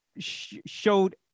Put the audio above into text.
showed